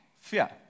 fear